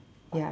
ya